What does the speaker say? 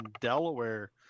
Delaware